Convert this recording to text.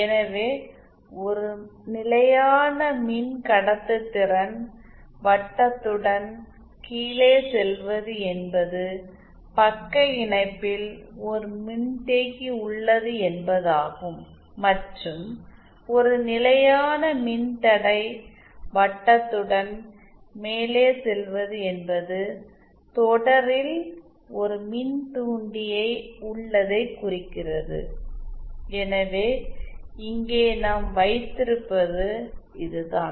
எனவே ஒரு நிலையான மின்கடத்துதிறன் வட்டத்துடன் கீழே செல்வது என்பது பக்க இணைப்பில் ஒரு மின்தேக்கி உள்ளது என்பதாகும் மற்றும் ஒரு நிலையான மின்தடை வட்டத்துடன் மேலே செல்வது என்பது தொடரில் ஒரு மின்தூண்டியை உள்ளதை குறிக்கிறது எனவே இங்கே நாம் வைத்திருப்பது இதுதான்